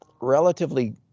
relatively